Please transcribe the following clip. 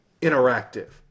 interactive